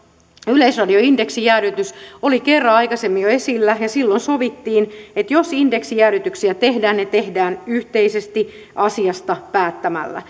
yleisradio indeksijäädytys oli jo kerran aikaisemmin esillä ja silloin sovittiin että jos indeksijäädytyksiä tehdään ne tehdään yhteisesti asiasta päättämällä